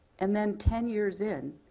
and then ten years in,